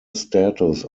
status